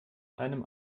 einem